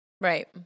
Right